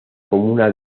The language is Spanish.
comuna